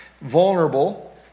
vulnerable